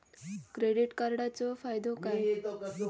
Credit कार्डाचो फायदो काय?